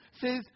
says